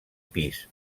pis